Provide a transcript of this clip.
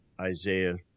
Isaiah